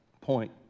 point